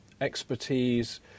expertise